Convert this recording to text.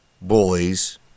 bullies